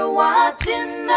watching